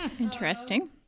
interesting